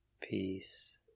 Peace